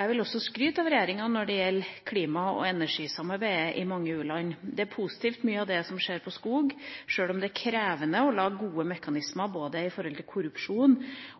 Jeg vil skryte av regjeringa når det gjelder klima- og energisamarbeidet i mange u-land. Det er positivt, mye av det som skjer på skogområdet, sjøl om det er krevende å lage gode mekanismer både når det gjelder korrupsjon,